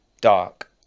dark